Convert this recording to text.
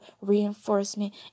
reinforcement